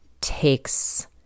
takes